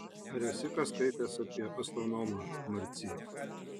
ar esi ką skaitęs apie astronomą marcy